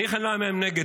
אני אגיד לכם למה הם נגד.